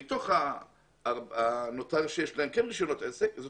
מתוך אלה שיש להם רישיונות עסק אנחנו